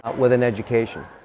with an education.